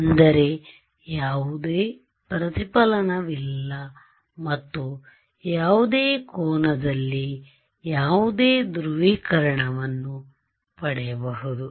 ಅಂದರೆ ಯಾವುದೇ ಪ್ರತಿಫಲನವಿಲ್ಲ ಮತ್ತು ಯಾವುದೇ ಕೋನದಲ್ಲಿ ಯಾವುದೇ ಧ್ರುವೀಕರಣವನ್ನು ಪಡೆಯಬಹುದು